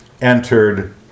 entered